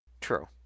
True